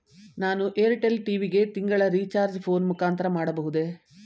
ನಾನು Airtel TV ಗೆ ತಿಂಗಳ ರಿಚಾರ್ಜ್ ಫೋನ್ ಮುಖಾಂತರ ಮಾಡಬಹುದೇ?